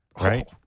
Right